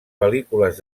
pel·lícules